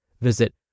Visit